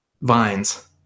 Vines